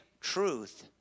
truth